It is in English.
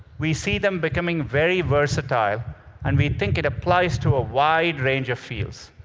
we see them becoming very versatile and we think it applies to a wide range of fields.